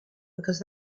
because